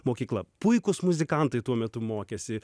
mokykla puikūs muzikantai tuo metu mokėsi